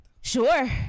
Sure